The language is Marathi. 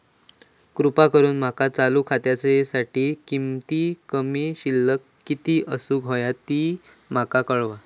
कृपा करून माका चालू खात्यासाठी कमित कमी शिल्लक किती असूक होया ते माका कळवा